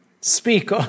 speak